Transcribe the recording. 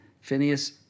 Phineas